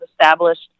established